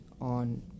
on